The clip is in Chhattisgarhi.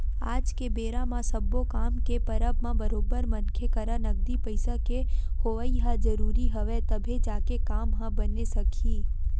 आज के बेरा म सब्बो काम के परब म बरोबर मनखे करा नगदी पइसा के होवई ह जरुरी हवय तभे जाके काम ह बने सकही